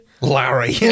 Larry